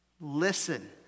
listen